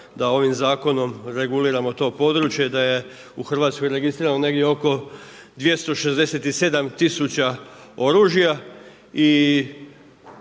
da ovim zakonom reguliramo to područje, da je u Hrvatskoj registrirano negdje oko 267 tisuća oružja